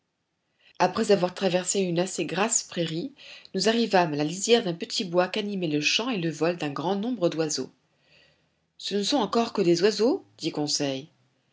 après avoir traversé une assez grasse prairie nous arrivâmes à la lisière d'un petit bois qu'animaient le chant et le vol d'un grand nombre d'oiseaux ce ne sont encore que des oiseaux dit conseil